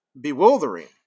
bewildering